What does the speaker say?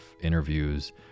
interviews